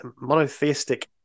monotheistic